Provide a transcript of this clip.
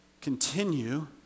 continue